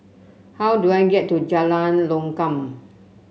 how do I get to Jalan Lokam